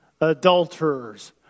adulterers